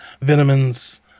vitamins